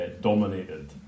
dominated